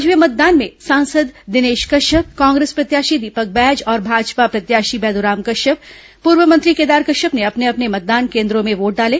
आज हए मतदान में सांसद दिनेश कश्यप कांग्रेस प्रत्याशी दीपक बैज और भाजपा प्रत्याशी बैद्राम कश्यप पूर्व मंत्री केदार कश्यप ने अपने अपने मतदान केन्द्रों में वोट डाले